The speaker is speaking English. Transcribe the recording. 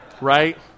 right